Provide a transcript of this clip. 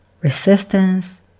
resistance